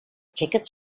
tickets